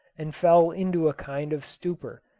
and fell into a kind of stupor,